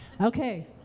okay